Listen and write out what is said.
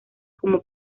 como